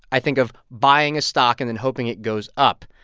i think of buying a stock and then hoping it goes up.